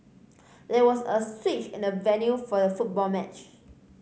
there was a switch in the venue for the football match